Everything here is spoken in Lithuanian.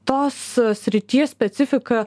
tos srities specifika